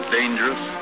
dangerous